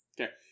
Okay